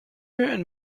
and